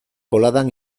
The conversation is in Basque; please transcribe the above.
boladan